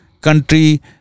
country